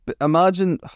Imagine